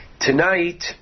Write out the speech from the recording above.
tonight